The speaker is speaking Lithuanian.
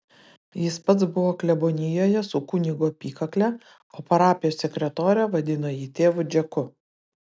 jis pats buvo klebonijoje su kunigo apykakle o parapijos sekretorė vadino jį tėvu džeku